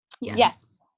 Yes